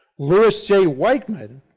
louis j. weichmann,